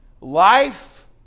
Life